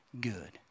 good